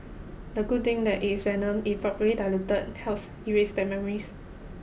the good thing that it's venom if properly diluted helps erase bad memories